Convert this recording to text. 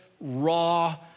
raw